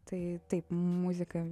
tai taip muzika